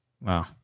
Wow